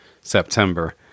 September